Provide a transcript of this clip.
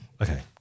Okay